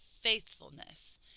faithfulness